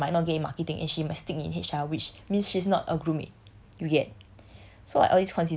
so there's a possibility she might not get in marketing and she must stick in H_R which means she's not a group mate yet